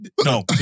No